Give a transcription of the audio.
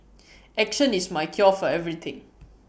action is my cure for everything